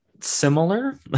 similar